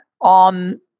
on